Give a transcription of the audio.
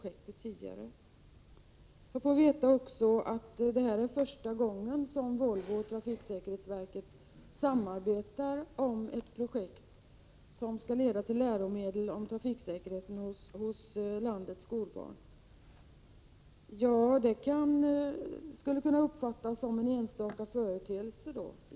Jag får också veta att det här är första gången som Volvo och trafiksäkerhetsverket samarbetar i ett projekt som skall leda till läromedel om trafiksäkerheten till landets skolbarn. Detta skulle alltså kunna uppfattas som en enstaka företeelse.